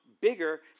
Bigger